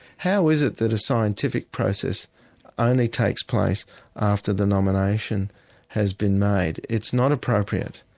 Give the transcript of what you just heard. how is it that a scientific process only takes place after the nomination has been made? it's not appropriate,